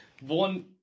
one